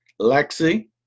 Lexi